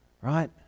Right